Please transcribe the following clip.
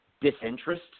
disinterest